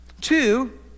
Two